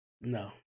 No